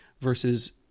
versus